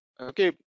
okay